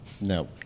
No